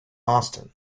austen